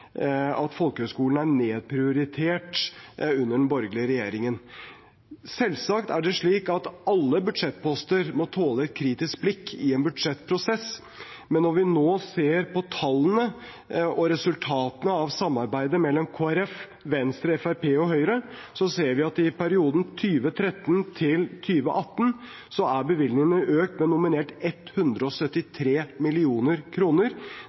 er nedprioritert under den borgerlige regjeringen. Selvsagt er det slik at alle budsjettposter må tåle et kritisk blikk i en budsjettprosess, men når vi nå ser på tallene og resultatene av samarbeidet mellom Kristelig Folkeparti, Venstre, Fremskrittspartiet og Høyre, ser vi at i perioden 2013–2018 er bevilgningene økt med